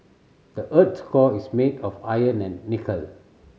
the earth's core is made of iron and nickel